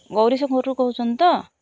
ଗୌରୀଶଙ୍କରରୁ କହୁଛନ୍ତି ତ